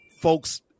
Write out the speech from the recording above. folks